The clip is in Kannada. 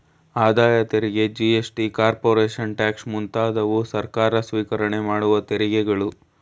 ಆದಾಯ ತೆರಿಗೆ ಜಿ.ಎಸ್.ಟಿ, ಕಾರ್ಪೊರೇಷನ್ ಟ್ಯಾಕ್ಸ್ ಮುಂತಾದವು ಸರ್ಕಾರ ಸ್ವಿಕರಣೆ ಮಾಡುವ ತೆರಿಗೆಗಳು